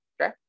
okay